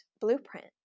blueprint